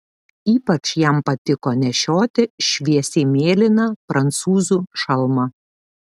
ypač jam patiko nešioti šviesiai mėlyną prancūzų šalmą